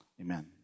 Amen